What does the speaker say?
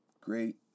Great